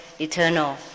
eternal